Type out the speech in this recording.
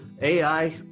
AI